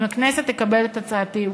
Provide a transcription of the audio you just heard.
אם הכנסת תקבל את הצעתי,